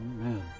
Amen